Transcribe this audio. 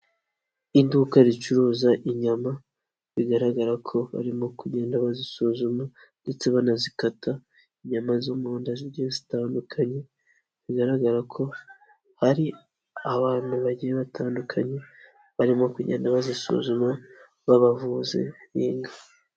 Iduka ricuruza inyama bigaragara ko barimo kugenda bazisuzuma ndetse banazikata inyama zo mu nda zigiye zitandukanye bigaragara ko hari abantu bagiye batandukanye barimo kugenda bazisuzuma babavuzi b'inka.